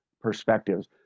perspectives